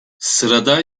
sırada